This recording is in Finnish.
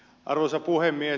arvoisa puhemies